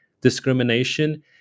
discrimination